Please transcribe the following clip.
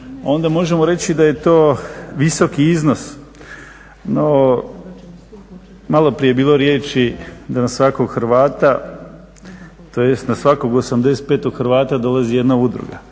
onda možemo reći da je to visoki iznos. No, maloprije je bilo riječi da na svakog Hrvata, tj. na svakog 85. Hrvata dolazi jedna udruga.